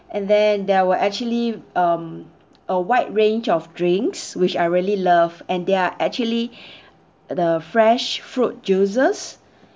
and then there were actually um a wide range of drinks which I really love and there are actually the fresh fruit juices